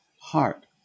heart